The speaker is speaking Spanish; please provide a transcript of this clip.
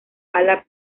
ala